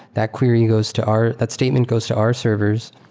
that query goes to our that statement goes to our servers.